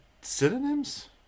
synonyms